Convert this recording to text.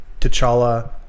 T'Challa